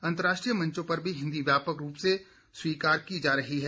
अंतर्राष्ट्रीय मंचों पर भी हिन्दी व्यापक रूप से स्वीकार की जा रही है